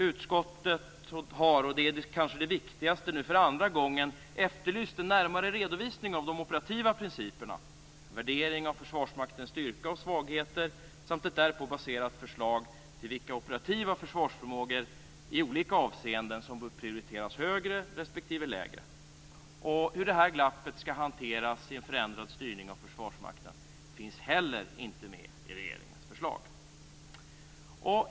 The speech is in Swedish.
Utskottet har - och detta är kanske det viktigaste - nu för andra gången efterlyst en närmare redovisning av de operativa principerna, en värdering av Försvarsmaktens styrka och svagheter samt ett därpå baserat förslag till vilka operativa försvarsförmågor i olika avseenden som bör prioriteras högre respektive lägre. Hur detta glapp skall hanteras i en förändrad styrning av Försvarsmakten finns heller inte med i regeringens förslag.